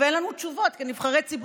ואין לנו תשובות כנבחרי ציבור,